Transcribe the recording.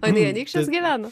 o jinai anyksčiuos gyveno